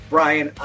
Brian